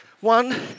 one